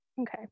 okay